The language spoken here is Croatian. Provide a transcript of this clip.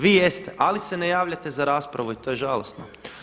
Vi jeste, ali se ne javljate za raspravu i to je žalosno.